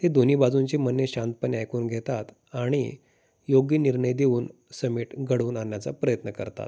हे दोन्ही बाजूचे म्हणणे शांतपणे ऐकून घेतात आणि योग्य निर्णय देऊन समेट घडवून आणण्याचा प्रयत्न करतात